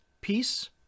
Peace